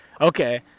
Okay